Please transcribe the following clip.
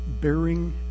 bearing